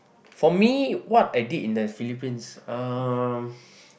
for me what I did in the Philippines um